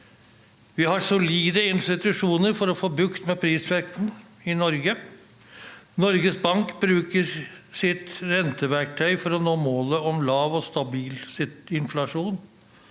Vi har solide institusjoner for å få bukt med prisveksten i Norge. Norges Bank bruker sitt renteverktøy for å nå målet om lav og stabil inflasjon.